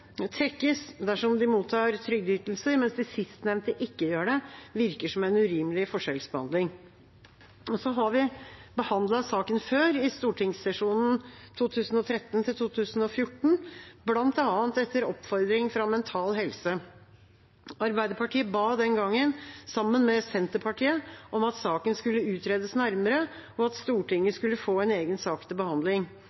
trekkes dersom de mottar trygdeytelser, mens de sistnevnte ikke gjør det, virker som en urimelig forskjellsbehandling. Vi har behandlet saken før, i stortingssesjonen 2013–2014, bl.a. etter oppfordring fra Mental Helse. Arbeiderpartiet ba den gangen, sammen med Senterpartiet, om at saken skulle utredes nærmere, og at Stortinget